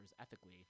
ethically